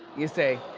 you see?